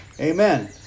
Amen